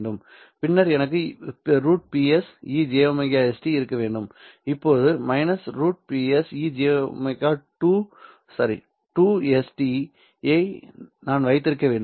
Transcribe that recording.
பின்னர் எனக்கு √Ps e jωs t இருக்க வேண்டும் இப்போது -√Ps e j2ωs t இதை நான் வைத்திருக்க வேண்டும்